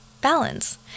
balance